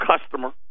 customer